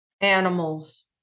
animals